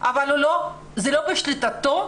אבל זה לא בשליטתו,